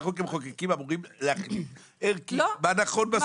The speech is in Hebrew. אנחנו כמחוקקים אמורים להחליט ערכית מה נכון בסיפור הזה.